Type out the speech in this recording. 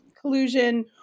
collusion